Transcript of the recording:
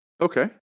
Okay